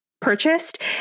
purchased